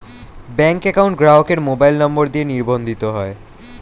bank account গ্রাহকের mobile number দিয়ে নিবন্ধিত হয়